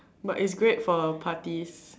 but it's great for parties